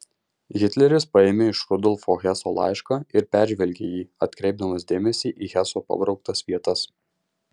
hitleris paėmė iš rudolfo heso laišką ir peržvelgė jį atkreipdamas dėmesį į heso pabrauktas vietas